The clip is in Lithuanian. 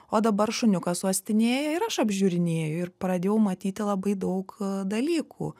o dabar šuniukas uostinėja ir aš apžiūrinėju ir pradėjau matyti labai daug dalykų